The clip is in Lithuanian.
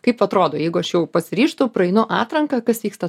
kaip atrodo jeigu aš jau pasiryžtu praeinu atranką kas vyksta